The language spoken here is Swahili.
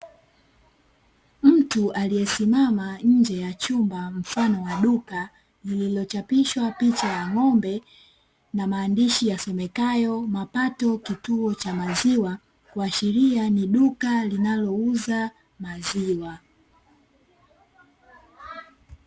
Mtu aliyesimama nje ya chumba mfano wa duka lililochapishwa picha ya ng'ombe na maandishi yasomekayo"Mapato kituo cha maziwa" kuashiria ni duka linalouza maziwa.